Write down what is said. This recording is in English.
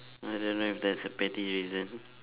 I don't know if that's a petty reason